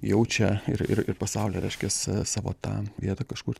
jaučia ir ir pasaulyje reiškias savo tą vietą kažkur